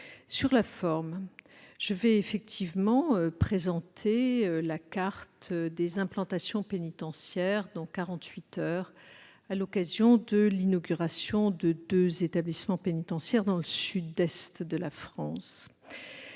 sur le fond. Je vais effectivement présenter la carte des implantations pénitentiaires dans quarante-huit heures, à l'occasion de l'inauguration de deux établissements pénitentiaires dans le sud-est de la France.